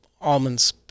almonds